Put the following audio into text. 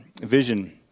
vision